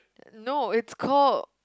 no is called